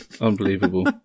unbelievable